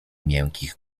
miękkich